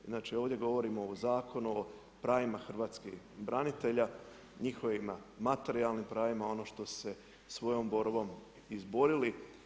Inače ovdje govorimo o zakonu, o pravima hrvatskih branitelja, njihovim materijalnim pravima, ono što se svojom borbom izborili.